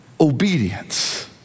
obedience